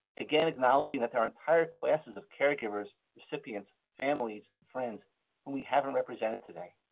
again, acknowledging that there are entire classes of caregivers, recipients, families, and friends whom we haven't represented today.